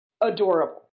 adorable